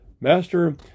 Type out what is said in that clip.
Master